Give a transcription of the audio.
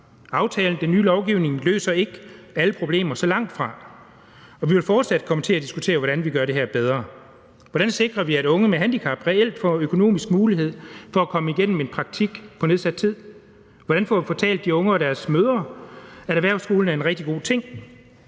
Aftalen og den nye lovgivning løser ikke alle problemer, så langtfra, og vi vil fortsat komme til at diskutere, hvordan vi gør det her bedre. Hvordan sikrer vi, at unge med handicap reelt får økonomisk mulighed for at komme igennem et praktikforløb på nedsat tid? Hvordan får vi fortalt de unge og deres mødre, at erhvervsskolen er en rigtig god ting?